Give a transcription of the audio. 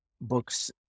books